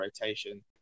rotation